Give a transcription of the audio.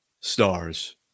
stars